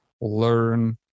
learn